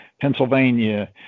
Pennsylvania